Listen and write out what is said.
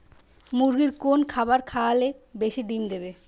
মুরগির কোন খাবার খাওয়ালে বেশি ডিম দেবে?